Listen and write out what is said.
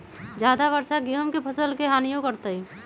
ज्यादा वर्षा गेंहू के फसल के हानियों करतै?